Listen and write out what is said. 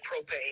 propane